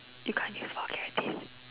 you can't use vulgarities